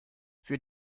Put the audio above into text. für